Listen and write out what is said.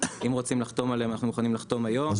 אם רוצים לחתום עליהן אנחנו מוכנים לחתום היום.